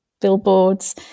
billboards